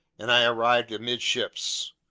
and i arrived amidships.